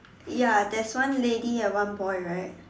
ya there is one lady and one boy right